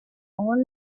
all